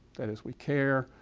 that is, we care,